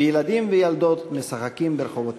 וילדים וילדות משחקים ברחובותיה.